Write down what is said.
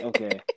Okay